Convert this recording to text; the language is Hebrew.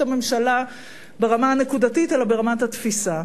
הממשלה ברמה הנקודתית אלא ברמת התפיסה.